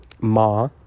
Ma